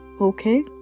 Okay